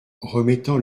remettant